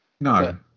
No